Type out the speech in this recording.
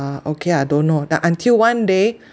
uh okay I don't know then until one day